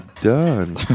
done